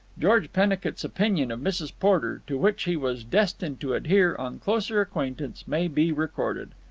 george pennicut's opinion of mrs. porter, to which he was destined to adhere on closer acquaintance, may be recorded.